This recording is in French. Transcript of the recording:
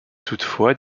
toutefois